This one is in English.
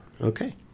Okay